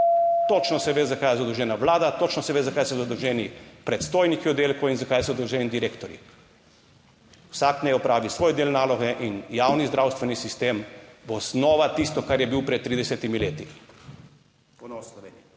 Točno se ve, za kaj je zadolžena Vlada, točno se ve, zakaj so zadolženi predstojniki oddelkov in zakaj so zadolženi direktorji. Vsak naj opravi svoj del naloge in javni zdravstveni sistem bo osnova, tisto kar je bil pred 30. leti ponos Sloveniji.